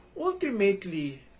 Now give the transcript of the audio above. ultimately